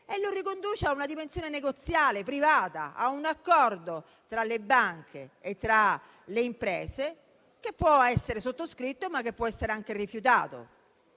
riconducendolo a una dimensione negoziale e privata, a un accordo tra le banche e tra le imprese, che può essere sottoscritto, ma anche rifiutato.